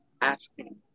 asking